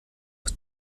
aus